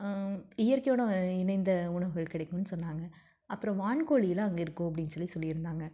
இயற்கையோடு இணைந்த உணவுகள் கிடைக்குன்னு சொன்னாங்க அப்றம் வான்கோழி எல்லாம் அங்கே இருக்கும் அப்படின்னு சொல்லி சொல்லியிருந்தாங்க